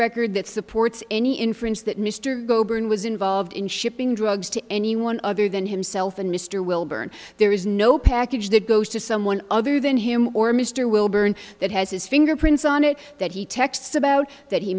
record that supports any inference that mr goban was involved in shipping drugs to anyone other than himself and mr wilburn there is no package that goes to someone other than him or mr wilburn that has his fingerprints on it that he texts about that he